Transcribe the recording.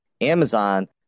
Amazon